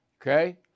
okay